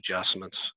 adjustments